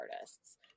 artists